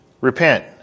repent